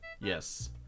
Yes